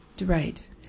Right